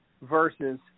versus